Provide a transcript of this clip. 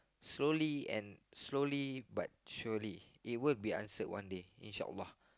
slowly and slowly but surely it would be answered one day in short while